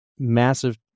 Massive